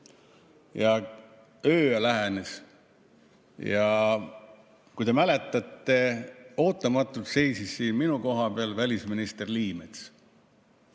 Öö lähenes ja kui te mäletate, siis ootamatult seisis siin minu koha peal välisminister Liimets,